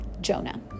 Jonah